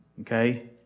Okay